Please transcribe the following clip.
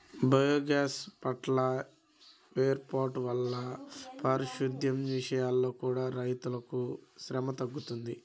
biogas ప్లాంట్ల వేర్పాటు వల్ల పారిశుద్దెం విషయంలో కూడా రైతులకు శ్రమ తగ్గుతుంది